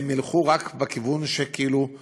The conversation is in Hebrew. ילכו רק בכיוון הזה שאולי,